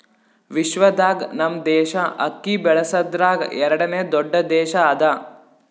ವಿಶ್ವದಾಗ್ ನಮ್ ದೇಶ ಅಕ್ಕಿ ಬೆಳಸದ್ರಾಗ್ ಎರಡನೇ ದೊಡ್ಡ ದೇಶ ಅದಾ